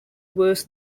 was